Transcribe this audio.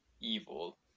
evil